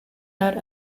out